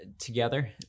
Together